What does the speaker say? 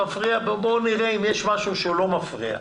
בואו נראה אם יש משהו שלא מפריע.